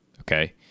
Okay